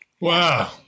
Wow